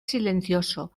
silencioso